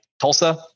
Tulsa